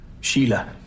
Sheila